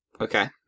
Okay